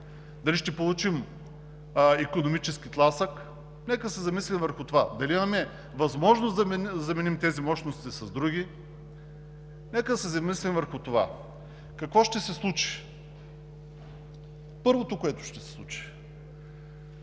дали ще получим икономически тласък? Нека да се замислим върху това – дали имаме възможност да заменим тези мощности с други! Нека се замислим върху това какво ще се случи? Първото, което ще се случи: